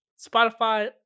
Spotify